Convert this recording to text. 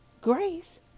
grace